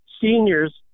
Seniors